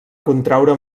contraure